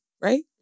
right